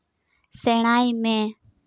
ᱥᱮᱬᱟᱭ ᱢᱮ